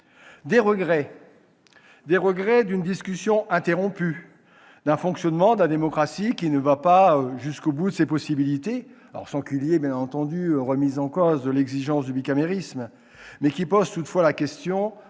Des regrets, aussi, de voir une discussion interrompue, un fonctionnement de la démocratie qui ne va pas au bout de ses possibilités, sans remise en cause de l'exigence du bicamérisme, mais qui pose toutefois la question